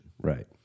Right